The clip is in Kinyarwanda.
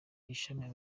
ishimira